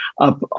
up